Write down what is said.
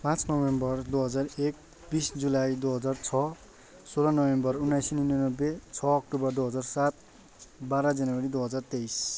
पाँच नोभेम्बर दुई हजार एक बिस जुलाई दुई हजार छ सोह्र नोभेम्बर उन्नाइस सय निनानब्बे छ अक्टोबर दुई हजार सात बाह्र जनवरी दुई हजार तेइस